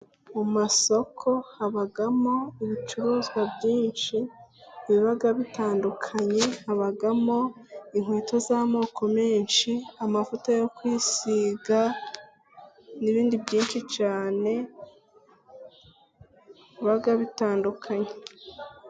Mu masoko habamo ibicuruzwa byinshi biba bitandukanye: Habamo inkweto z'amoko menshi, amavuta yo kwisiga n'ibindi byinshi cyane biba bitandukanye.